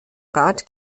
rat